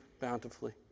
bountifully